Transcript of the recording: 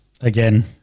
Again